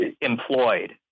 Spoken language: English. employed